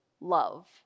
love